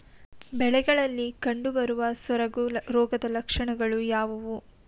ಬೆಳೆಗಳಲ್ಲಿ ಕಂಡುಬರುವ ಸೊರಗು ರೋಗದ ಲಕ್ಷಣಗಳು ಯಾವುವು?